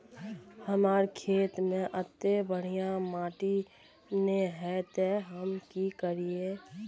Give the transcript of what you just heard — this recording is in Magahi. हमर खेत में अत्ते बढ़िया माटी ने है ते हम की करिए?